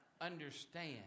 understand